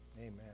Amen